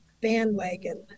bandwagon